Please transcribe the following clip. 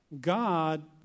God